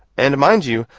and mind you,